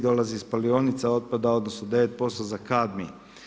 Dolazi iz spalionica otpada, odnosno 9% za kadmij.